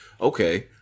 okay